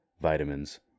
vitamins